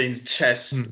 chess